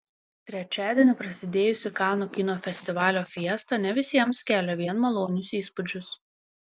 trečiadienį prasidėjusi kanų kino festivalio fiesta ne visiems kelia vien malonius įspūdžius